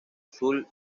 sul